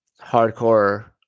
hardcore